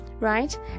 Right